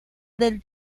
del